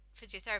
physiotherapy